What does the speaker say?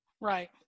Right